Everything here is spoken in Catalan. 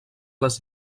les